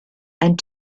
and